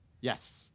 Yes